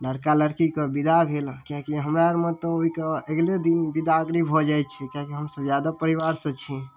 लड़का लड़कीके विदा भेल कि हमरा आर मे तऽ ओहिके अगिले दिन विदागीरी भऽ जाइ छै किएकि हमसब यादव परिवार से छी